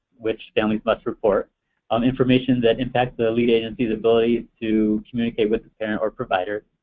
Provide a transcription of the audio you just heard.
which families must report um information that impacts the lead agency's ability to communicate with the parent or provider.